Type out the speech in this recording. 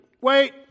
Wait